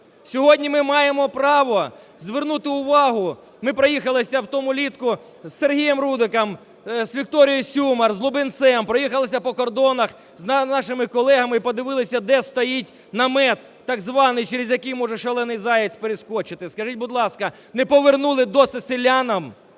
Сьогодні ми маємо право звернути увагу, ми проїхалися в тому літку з Сергієм Рудиком, з Вікторією Сюмар, з Лубінцем, проїхалися по кордонах з нашими колегами і подивилися, де стоїть намет так званий, через який може шалений заєць перескочити. Скажіть, будь ласка, не повернули досі селянам